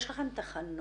יש לכם תחנות